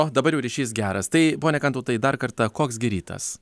o dabar jau ryšys geras tai pone kantautai dar kartą koks gi rytas